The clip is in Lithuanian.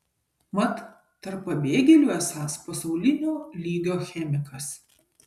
mat tarp pabėgėlių esąs pasaulinio lygio chemikas